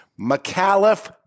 McAuliffe